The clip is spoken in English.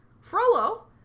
Frollo